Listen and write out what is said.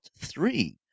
three